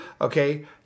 Okay